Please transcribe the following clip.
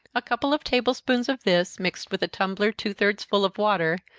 a couple of table-spoonsful of this, mixed with a tumbler two-thirds full of water,